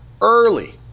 early